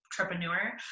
entrepreneur